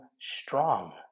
strong